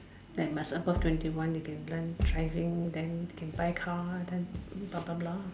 that must be above twenty one you can learn driving then can buy car then bla bla bla